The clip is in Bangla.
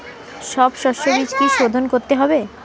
সব শষ্যবীজ কি সোধন করতে হবে?